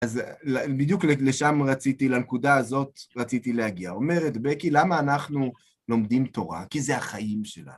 אז בדיוק לשם רציתי, לנקודה הזאת רציתי להגיע. אומרת בקי, למה אנחנו לומדים תורה? כי זה החיים שלנו.